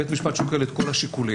בית משפט שוקל את כל השיקולים.